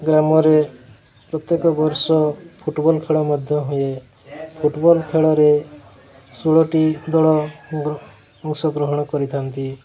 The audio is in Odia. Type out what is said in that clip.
ଗ୍ରାମରେ ପ୍ରତ୍ୟେକ ବର୍ଷ ଫୁଟବଲ୍ ଖେଳ ମଧ୍ୟ ହୁଏ ଫୁଟବଲ୍ ଖେଳରେ ଷୋହଳଟି ଦଳ ଅଂଶଗ୍ରହଣ କରିଥାନ୍ତି